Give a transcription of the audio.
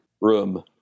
Room